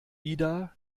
ida